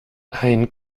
ein